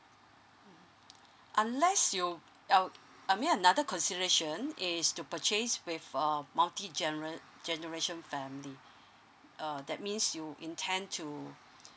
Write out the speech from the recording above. mmhmm unless you uh I mean another consideration is to purchase with err multi general generation family uh that means you intend to